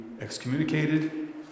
excommunicated